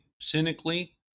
cynically